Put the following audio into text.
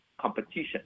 competition